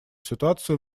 ситуацию